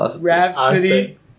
rhapsody